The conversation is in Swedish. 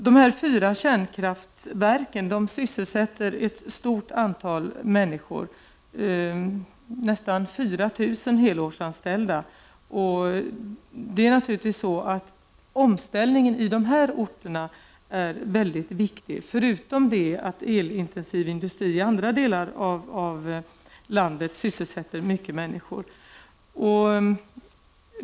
De fyra kärnkraftverken sysselsätter ett stort antal människor, nästan 4000 helårsanställda. Omställningen på dessa orter är mycket viktig. Dessutom sysselsätter den elintensiva industrin i andra delar av landet många människor.